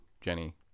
Jenny